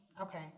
Okay